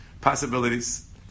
possibilities